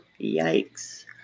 yikes